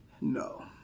No